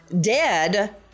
dead